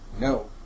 No